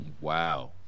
Wow